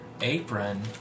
apron